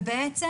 ובעצם,